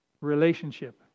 relationship